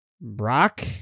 Brock